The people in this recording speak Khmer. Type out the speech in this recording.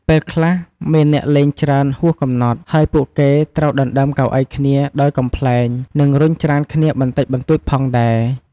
ពេលខ្លះ មានអ្នកលេងច្រើនហួសកំណត់ ហើយពួកគេត្រូវដណ្តើមកៅអីគ្នាដោយកំប្លែង និងរុញច្រានគ្នាបន្តិចបន្តួចផងដែរ។